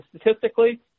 statistically